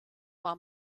war